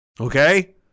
Okay